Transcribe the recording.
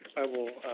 i will